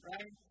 Right